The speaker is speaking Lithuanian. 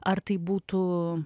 ar tai būtų